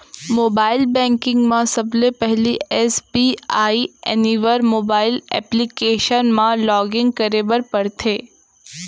mobile banking म सबले पहिली एस.बी.आई एनिवर मोबाइल एप्लीकेसन म लॉगिन करे बर परथे